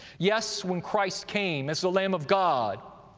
yes, when christ came as the lamb of god,